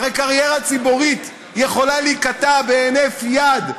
הרי קריירה ציבורית יכולה להיקטע בהינף יד,